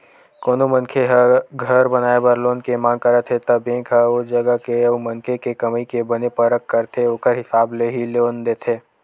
कोनो मनखे ह घर बनाए बर लोन के मांग करत हे त बेंक ह ओ जगा के अउ मनखे के कमई के बने परख करथे ओखर हिसाब ले ही लोन देथे